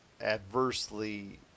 adversely